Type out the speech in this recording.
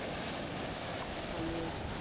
हम लोग